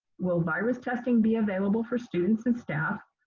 will virus testing be available for students and staff?